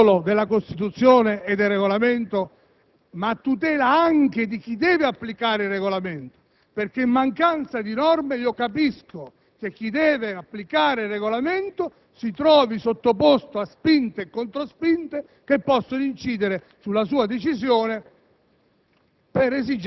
a tutela non solo della Costituzione e del Regolamento, ma anche di chi deve applicarlo. In mancanza di norme certe mi rendo conto che chi deve applicare il Regolamento si trova sottoposto a spinte e controspinte che possono incidere sulla sua decisione